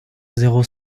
zéro